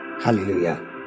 Hallelujah